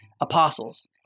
apostles